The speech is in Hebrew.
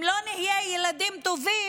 אם לא נהיה ילדים טובים,